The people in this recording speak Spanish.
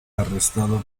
arrestado